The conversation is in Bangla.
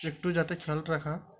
একটু যাতে খেয়াল রাখা